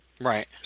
right